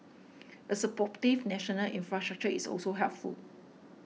a supportive national infrastructure is also helpful